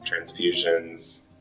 transfusions